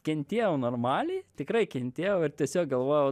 kentėjau normaliai tikrai kentėjau ir tiesiog galvojau